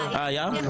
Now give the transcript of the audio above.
הוראות.